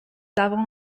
avons